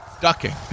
ducking